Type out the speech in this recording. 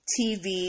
TV